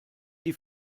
die